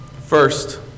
First